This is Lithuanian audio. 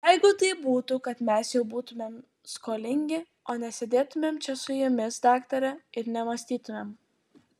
jeigu taip būtų tai mes jau būtumėm skolingi o nesėdėtumėm čia su jumis daktare ir nemąstytumėm